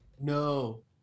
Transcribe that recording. No